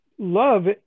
Love